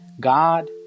God